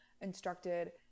instructed